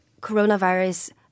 coronavirus